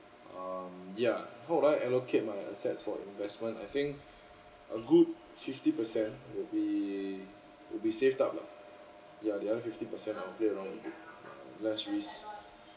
um yeah how would I allocate my assets for investment I think a good fifty percent would be would be saved up lah ya the other fifty percent of it around would be less risk